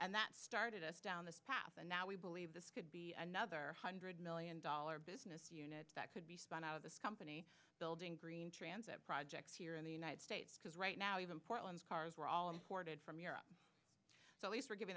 and that started us down this path and now we believe this could be another hundred million dollar business unit that could be spun out of this company building green transit projects here in the united states because right now even portland cars were all imported from europe so we were giv